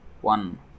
one